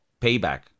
payback